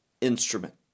instrument